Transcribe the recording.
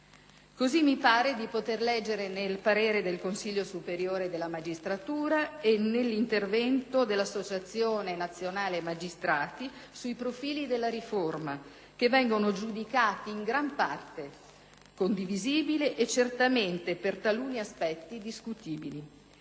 Così mi pare di poter leggere nel parere del Consiglio superiore della magistratura e nell'intervento dell'Associazione nazionale magistrati sui profili della riforma, che vengono giudicati in gran parte condivisibili e certamente, per taluni aspetti, discutibili.